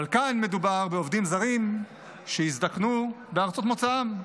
אבל כאן מדובר בעובדים זרים שיזדקנו בארצות מוצאם,